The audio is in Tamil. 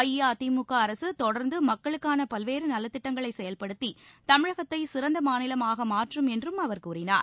அஇஅதிமுக அரசு தொடர்ந்து மக்களுக்கான பல்வேறு நலத்திட்டங்களை செயல்படுத்தி தமிழகத்தை சிறந்த மாநிலமாக மாற்றும் என்றும் அவர் கூறினார்